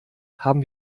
haben